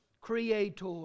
Creator